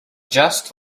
just